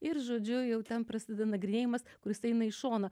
ir žodžiu jau ten prasideda nagrinėjimas kuris eina į šoną